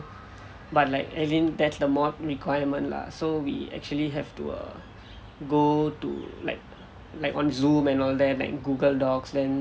but like as in that's the module requirement lah so we actually have to err go to like on Zoom and all that like Google docs then